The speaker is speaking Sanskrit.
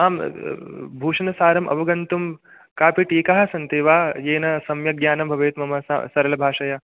आम् भूषणसारम् अवगन्तुं कापि टीकाः सन्ति वा येन सम्यक् ज्ञानं भवेत् मम सरलभाषया